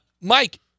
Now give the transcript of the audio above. Mike